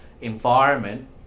environment